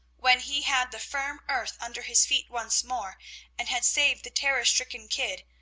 when he had the firm earth under his feet once more and had saved the terror-stricken kid,